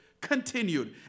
continued